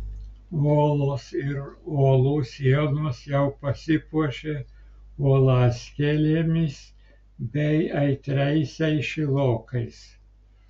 olos ir uolų sienos jau pasipuošė uolaskėlėmis bei aitriaisiais šilokais